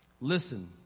listen